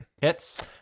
Hits